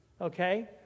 okay